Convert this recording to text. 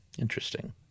Interesting